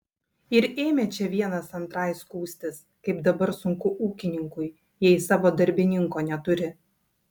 ir ėmė čia vienas antrai skųstis kaip dabar sunku ūkininkui jei savo darbininko neturi